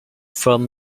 from